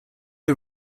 are